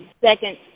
second